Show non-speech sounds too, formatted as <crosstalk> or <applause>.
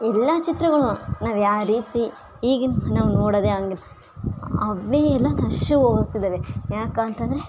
ಎಲ್ಲ ಚಿತ್ರಗಳು ನಾವು ಯಾವರೀತಿ ಈಗಿನ ನಾವು ನೋಡೋದೆ ಹಂಗೆ ಅವುಯೆಲ್ಲ <unintelligible> ಯಾಕಂತಂದರೆ